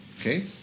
okay